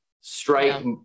strike